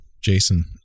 Jason